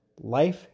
life